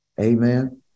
Amen